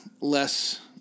less